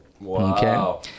Wow